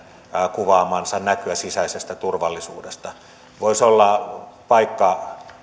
kuvaamaansa näkyä sisäisestä turvallisuudesta voisi olla paikka